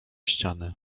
ściany